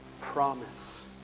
promise